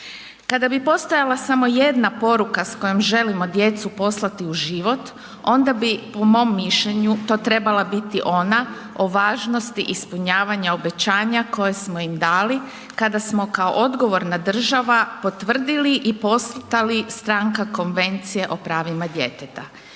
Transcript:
Kada bi postojala samo jedna poruka s kojom želimo djecu poslati u život onda bi po mom mišljenju to trebala biti ona o važnosti ispunjavanja obećanja koje smo im dali koje smo kao odgovorna država potvrdili i postali stranka Konvencije o pravima djeteta.